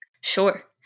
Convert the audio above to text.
Sure